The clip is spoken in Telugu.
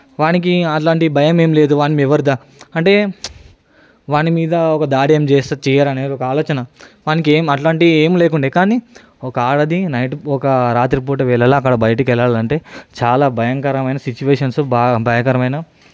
వానికి అలాంటి భయం ఏం లేదు వాన్ని ఎవరూ దా అంటే వాని మీద ఒక దాడి ఏం చేయరు అనే ఒక ఆలోచన మనకి ఏం అట్లాంటివి ఏమీ లేకుండా కానీ ఒక ఆడది నైట్ ఒక రాత్రిపూట వేళల అక్కడ బయటికి వెళ్లాలంటే చాలా భయంకరమైన సిచ్యువేషన్ బాగా భయంకరమైన